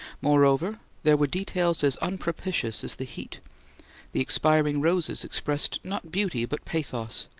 moreover, there were details as unpropitious as the heat the expiring roses expressed not beauty but pathos,